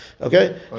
okay